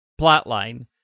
plotline